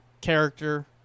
character